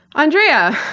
andrea,